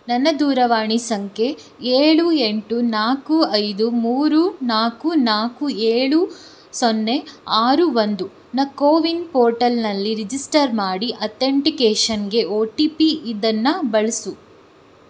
ನನ್ನ ದೂರವಾಣಿ ಸಂಖ್ಯೆ ಏಳು ಎಂಟು ನಾಲ್ಕು ಐದು ಮೂರು ನಾಲ್ಕು ನಾಲ್ಕು ಏಳು ಸೊನ್ನೆ ಆರು ಒಂದು ನ ಕೋವಿನ್ ಪೋರ್ಟಲ್ನಲ್ಲಿ ರಿಜಿಸ್ಟರ್ ಮಾಡಿ ಅಥೆಂಟಿಕೇಷನ್ಗೆ ಒ ಟಿ ಪಿ ಇದನ್ನು ಬಳಸು